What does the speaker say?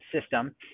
system